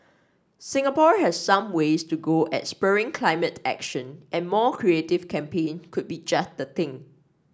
Singapore has some ways to go at spurring climate action and more creative campaign could be just the thing